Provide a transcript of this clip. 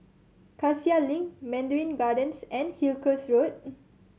Cassia Link Mandarin Gardens and Hillcrest Road